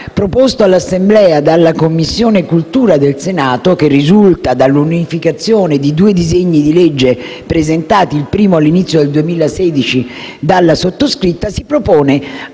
proposto all'Assemblea dalla Commissione Istruzione pubblica, beni culturali del Senato, che risulta dall'unificazione di due disegni di legge presentati, il primo all'inizio del 2016 dalla sottoscritta, si propone,